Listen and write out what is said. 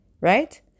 right